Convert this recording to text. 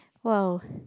!wow!